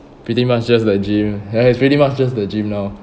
pretty much just the gym ya it's pretty much just the gym now